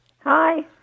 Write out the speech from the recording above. Hi